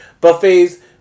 Buffets